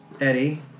Eddie